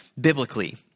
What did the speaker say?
biblically